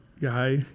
guy